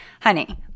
honey